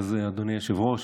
אדוני היושב-ראש,